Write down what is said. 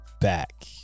back